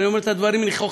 אני אומר את הדברים נכוחה,